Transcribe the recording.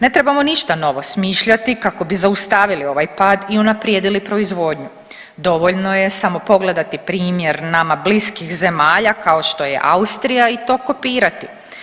Ne trebamo ništa novo smišljati kako bi zaustavili ovaj pad i unaprijedili proizvodnju, dovoljno je samo pogledati primjer nama bliskih zemalja kao što je Austrija i to kopirati.